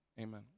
amen